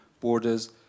borders